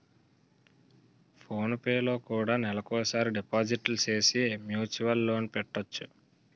phone పేలో కూడా నెలకోసారి డిపాజిట్లు సేసి మ్యూచువల్ లోన్ పెట్టొచ్చు